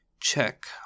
check